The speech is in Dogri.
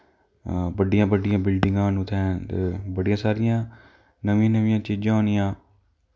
बड्डियां बड्डियां बिल्डिंग न उत्थैं बड़ियां सारियां नामियां नमियां चीजां होनियां